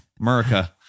America